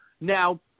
Now